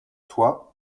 toi